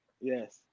Yes